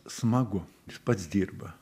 smagu jis pats dirba